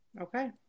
okay